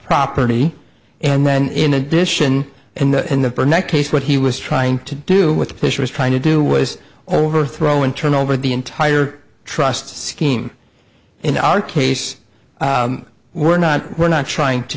property and then in addition and in the burnett case what he was trying to do with fish was trying to do was overthrow in turn over the entire trust scheme in our case we're not we're not trying to